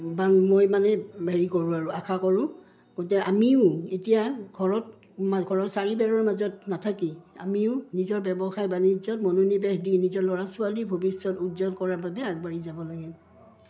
বা মই মানে হেৰি কৰোঁ আৰু আশা কৰোঁ গতিকে আমিও এতিয়া ঘৰত ঘৰৰ চাৰিবেৰৰ মাজত নাথাকি আমিও নিজৰ ব্যৱসায় বাণিজ্যত মনোনিৱেশ দি নিজৰ ল'ৰা ছোৱালীৰ ভৱিষ্যত উজ্জ্বল কৰাৰ বাবে আগবাঢ়ি যাব লাগে